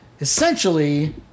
essentially